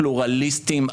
פלורליסטים,